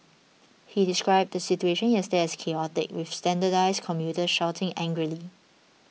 he described the situation yesterday as chaotic with standardized commuters shouting angrily